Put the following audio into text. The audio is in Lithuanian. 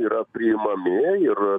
yra priimami ir